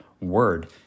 word